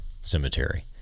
Cemetery